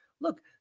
look